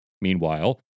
Meanwhile